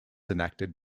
enacted